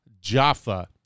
Jaffa